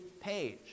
page